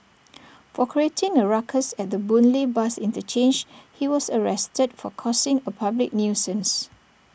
for creating A ruckus at the boon lay bus interchange he was arrested for causing A public nuisance